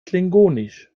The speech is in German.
klingonisch